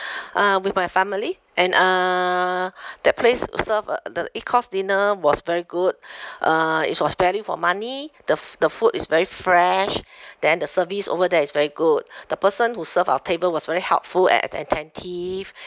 uh with my family and uh that place serve uh the eight course dinner was very good uh is was value for money the f~ the food is very fresh then the service over there is very good the person who serve our table was very helpful and att~ attentive